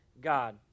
God